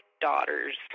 daughters